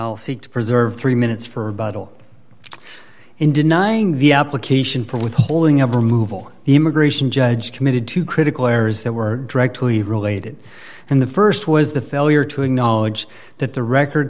i'll seek to preserve three minutes for bottle in denying the application for withholding of removal the immigration judge committed two critical errors that were directly related and the st was the failure to acknowledge that the record